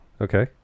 Okay